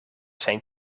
zijn